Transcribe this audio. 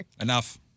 Enough